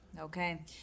Okay